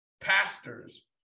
pastors